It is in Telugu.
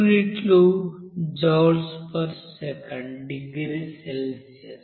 యూనిట్లు జూల్ సెకండ్ డిగ్రీ సెల్సియస్